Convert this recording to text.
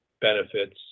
benefits